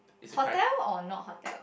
hotel or not hotel